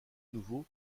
nouveau